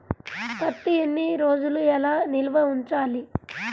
పత్తి ఎన్ని రోజులు ఎలా నిల్వ ఉంచాలి?